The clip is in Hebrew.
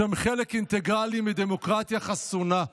שהם חלק אינטגרלי מדמוקרטיה חסונה.